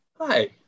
Hi